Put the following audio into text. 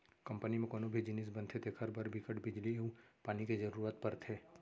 company म कोनो भी जिनिस बनथे तेखर बर बिकट बिजली अउ पानी के जरूरत परथे